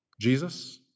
Jesus